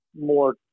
more